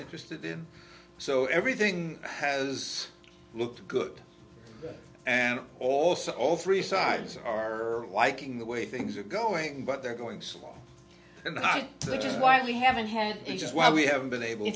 interested in so everything has looked good and also all three sides are liking the way things are going but they're going slow and i think why we haven't had a just why we haven't been able to